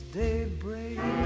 daybreak